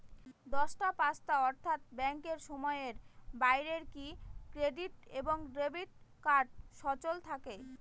দশটা পাঁচটা অর্থ্যাত ব্যাংকের সময়ের বাইরে কি ক্রেডিট এবং ডেবিট কার্ড সচল থাকে?